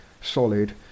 solid